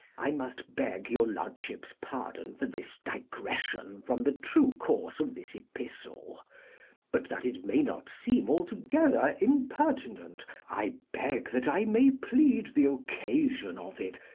i must beg your lordship's pardon for this digression from the true course of this epistle but that it may not seem altogether impertinent, i beg that i may plead the occasion of it,